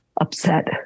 Upset